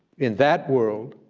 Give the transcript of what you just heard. in that world,